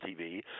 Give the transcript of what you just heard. TV